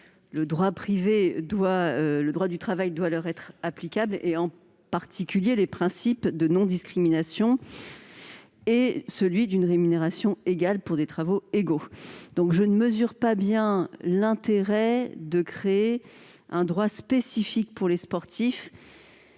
le droit du travail leur est applicable, en particulier le principe de non-discrimination et celui d'une rémunération égale pour des travaux égaux. Je ne mesure pas parfaitement l'intérêt de créer un droit spécifique pour les sportifs.